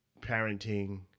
parenting